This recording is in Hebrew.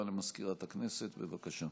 הודעה למזכירת הכנסת, בבקשה.